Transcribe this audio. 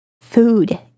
Food